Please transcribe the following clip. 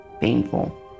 painful